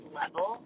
level